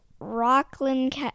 Rockland